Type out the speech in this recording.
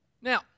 Now